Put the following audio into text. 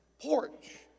porch